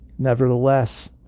Nevertheless